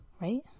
right